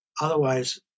Otherwise